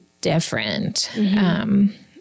different